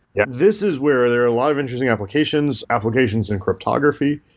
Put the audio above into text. yeah this is where there are a lot of interesting applications, applications in cryptography.